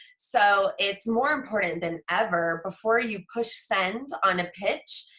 so it's more important than ever, before you push send on a pitch,